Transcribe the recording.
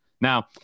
Now –